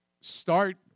start